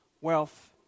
wealth